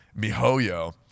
mihoyo